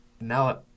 now